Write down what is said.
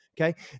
Okay